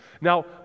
Now